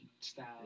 style